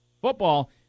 football